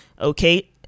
Okay